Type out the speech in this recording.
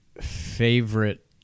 favorite